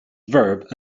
verbs